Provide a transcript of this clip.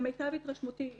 למיטב התרשמותי,